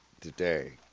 today